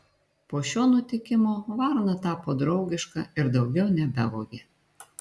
po šio nutikimo varna tapo draugiška ir daugiau nebevogė